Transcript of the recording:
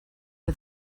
her